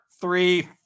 three